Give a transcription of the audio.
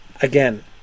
Again